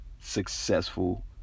successful